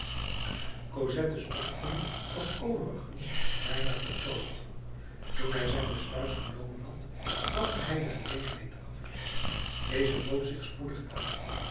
cosette's opvoeding was overigens bijna voltooid toen hij zijn besluit genomen had wachtte hij de gelegenheid af deze bood zich spoedig aan